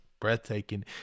breathtaking